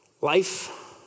Life